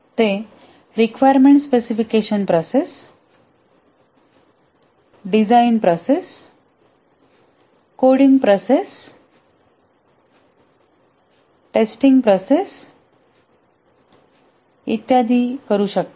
ते requirement specification process design process coding process testing process इत्यादी करू शकतात